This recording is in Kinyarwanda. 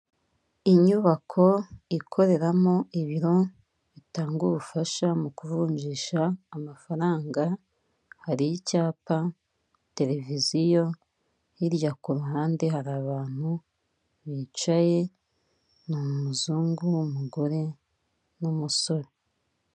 Inyubako ikoreramo ibiro bitanga ubufasha mu kuvunjisha amafaranga, hari icyapa, televiziyo, hirya ku ruhande hari abantu bicaye ni umuzungu w'umugore n'umusore.